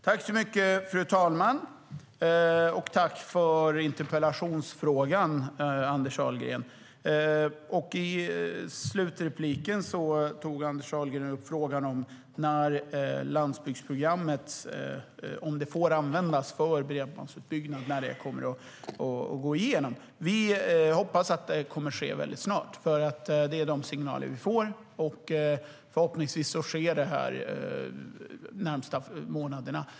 Fru talman! Jag vill tacka Anders Ahlgren för interpellationen. I slutrepliken tog Anders Ahlgren upp frågan om landsbygdsprogrammet får användas för bredbandsutbyggnad när det går igenom. Vi hoppas att det kommer att ske väldigt snart. Det är nämligen de signalerna vi får. Förhoppningsvis sker det inom de närmaste månaderna.